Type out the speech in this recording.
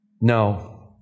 No